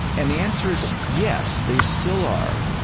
and the answer is yes, they still are.